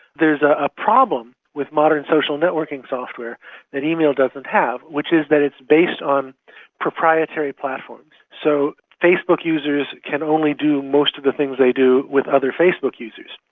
there's ah a problem with modern social networking software that email doesn't have, which is that it's based on proprietary platforms. so facebook users can only do most of the things they do with other facebook users.